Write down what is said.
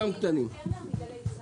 עינב קרנר, מגלי צה"ל.